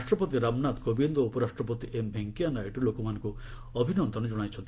ରାଷ୍ଟ୍ରପତି ରାମନାଥ କୋବିନ୍ଦ୍ ଓ ଉପରାଷ୍ଟ୍ରପତି ଏମ୍ ଭେଙ୍କିୟା ନାଇଡ଼ୁ ଲୋକମାନଙ୍କୁ ଅଭିନନ୍ଦନ ଜଣାଇଛନ୍ତି